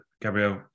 Gabriel